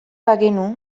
bagenu